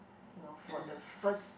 you know for the first